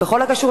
בכל הקשור,